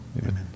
Amen